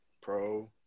Pro